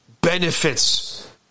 benefits